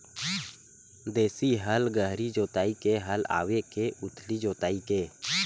देशी हल गहरी जोताई के हल आवे के उथली जोताई के?